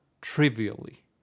trivially